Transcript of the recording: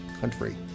country